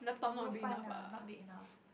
no fun ah not big enough